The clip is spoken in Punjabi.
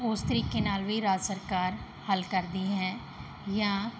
ਉਸ ਤਰੀਕੇ ਨਾਲ ਵੀ ਰਾਜ ਸਰਕਾਰ ਹੱਲ ਕਰਦੀ ਹੈ ਜਾਂ